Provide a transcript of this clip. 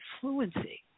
fluency